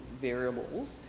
variables